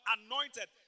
anointed